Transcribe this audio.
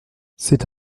c’est